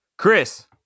Chris